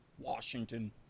Washington